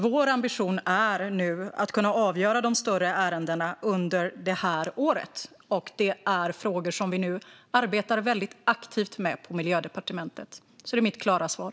Vår ambition är att kunna avgöra de större ärendena under detta år, och vi arbetar aktivt med detta på Miljödepartementet. Det är mitt klara svar.